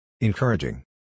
Encouraging